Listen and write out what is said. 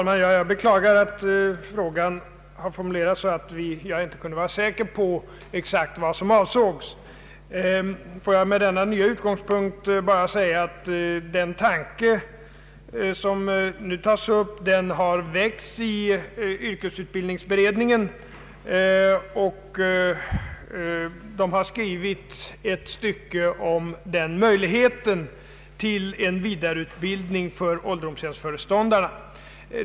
Herr talman! Jag beklagar att frågan formulerats så att jag ej kunde vara exakt säker på vad som avsågs. Får jag med denna nya utgångspunkt säga att den tanke som nu tas upp har väckts i yrkesutbildningsberedningen, och man har där skrivit ett stycke om möjligheten till vidareutbildning för ålderdomshemsföreståndarna.